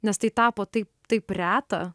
nes tai tapo taip taip reta